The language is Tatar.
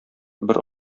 бер